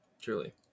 Truly